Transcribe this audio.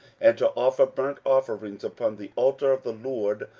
and to offer burnt offerings upon the altar of the lord,